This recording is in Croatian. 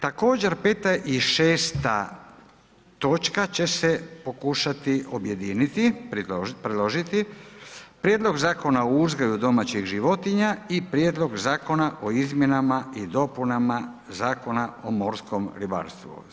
Također 5. i 6. točka će se pokušati objediniti, predložiti, Prijedlog zakona o uzgoju domaćih životinja i Prijedlog zakona o Izmjenama i dopunama Zakona o morskom ribarstvu.